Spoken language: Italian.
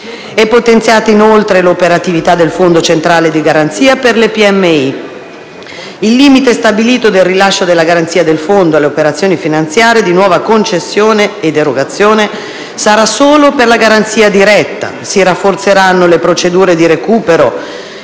È potenziata, inoltre, l'operatività del Fondo centrale di garanzia per le piccole e medie imprese: il limite stabilito del rilascio della garanzia del Fondo alle operazioni finanziarie di nuova concessione ed erogazione sarà solo per la garanzia diretta. Si rafforzeranno poi le procedure di recupero